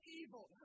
evil